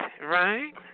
right